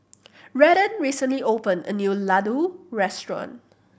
Redden recently opened a new Ladoo Restaurant